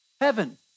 Heaven